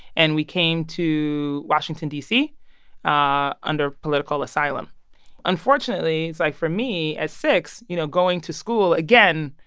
and we came to washington, d c, ah under political asylum unfortunately, it's like for me at six, you know, going to school, again,